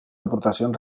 aportacions